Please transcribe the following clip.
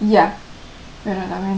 ya ya I went